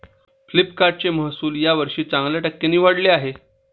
फ्लिपकार्टचे महसुल यावर्षी चांगल्या टक्क्यांनी वाढले आहे